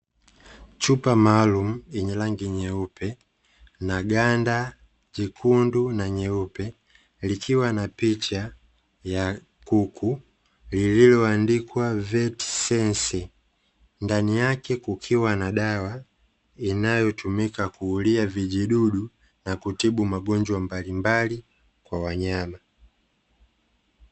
Chupa maalumu yenye rangi nyeupe na ganda jekundu na nyeupe likiwa na picha ya kuku lilioandikwa ¨Vetsense¨ ndani yake kukiwa na dawa inayotumika kuulia vijidudu na kutibu magonjwa mbalimbali kwa wanyama.